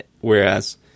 whereas